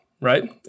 right